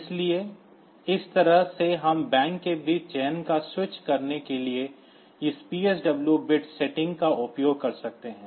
इसलिए इस तरह से हम बैंकों के बीच चयन या स्विच करने के लिए इस PSW बिट सेटिंग्स का उपयोग कर सकते हैं